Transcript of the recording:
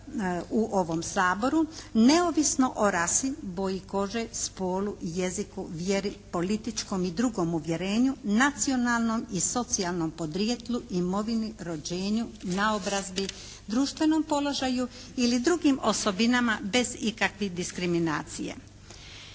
u ovom Saboru, neovisno o rasi, boji kože, spolu, jeziku, vjeri, političkom i drugom uvjerenju, nacionalnom i socijalnom podrijetlu imovini, rođenju, naobrazbi, društvenom položaju ili drugim osobinama bez ikakvih diskriminacija.